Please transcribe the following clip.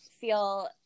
feel